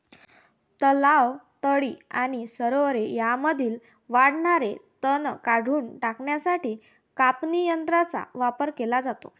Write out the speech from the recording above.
तलाव, तळी आणि सरोवरे यांमध्ये वाढणारे तण काढून टाकण्यासाठी कापणी यंत्रांचा वापर केला जातो